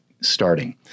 starting